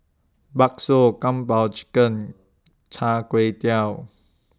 Bakso Kung Po Chicken Chai Kuay Tow